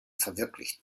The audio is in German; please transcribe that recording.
verwirklicht